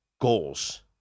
goals